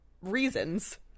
reasons